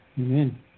Amen